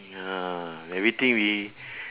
ya everything we